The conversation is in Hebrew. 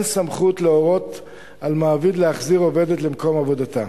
סמכות להורות על מעביד להחזיר עובדת למקום עבודתה.